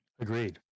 Agreed